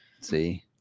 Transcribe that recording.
see